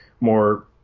more